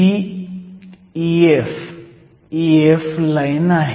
ही EF EF line आहे